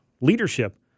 leadership